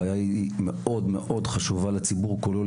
מדובר בבעיה שהיא מאוד חשובה לציבור כולו.